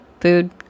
food